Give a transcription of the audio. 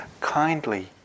kindly